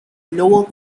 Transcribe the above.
lower